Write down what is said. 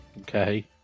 Okay